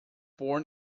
born